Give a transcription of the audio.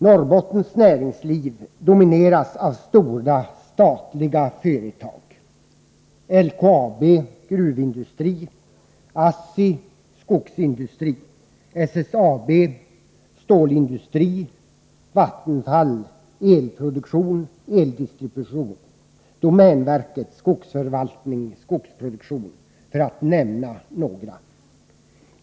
Norrbottens näringsliv domineras av stora statliga företag — LKAB , ASSI , SSAB , Vattenfall och domänverket , för att nämna några.